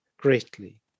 greatly